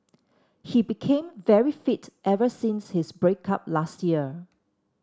he became very fit ever since his break up last year